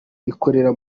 rikorera